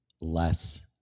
less